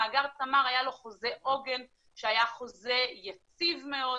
למאגר תמר היה חוזה עוגן שהיה חוזה יציב מאוד,